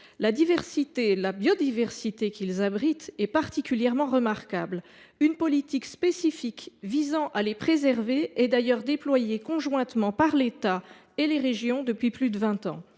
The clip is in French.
La biodiversité qu’ils abritent est particulièrement remarquable. Une politique spécifique visant à les préserver est d’ailleurs déployée conjointement par l’État et les régions depuis plus de vingt ans.